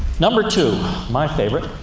number two my favorite